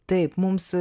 taip mums